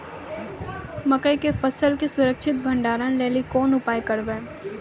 मकई के फसल के सुरक्षित भंडारण लेली कोंन उपाय करबै?